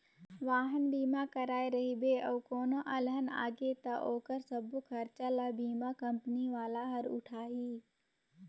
वाहन बीमा कराए रहिबे अउ कोनो अलहन आगे त ओखर सबो खरचा ल बीमा कंपनी वाला हर उठाही